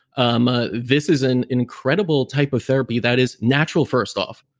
um ah this is an incredibly type of therapy that is natural first off,